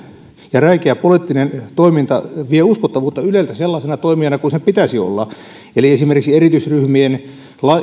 ja räikeä poliittinen toiminta vie uskottavuutta yleltä sellaisena toimijana kuin sen pitäisi olla eli esimerkiksi erityisryhmien